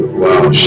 wow